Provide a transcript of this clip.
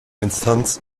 instanz